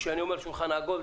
כשאני אומר שולחן עגול,